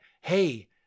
hey